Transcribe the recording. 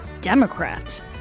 Democrats